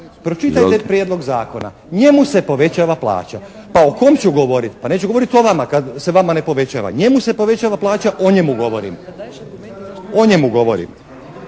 Pročitajte prijedlog zakona. Njemu se povećava plaća, pa o kom ću govoriti. Pa neću govoriti o vama kad se vama ne povećava. Njemu se povećava plaća. O njemu govorim i tvrdim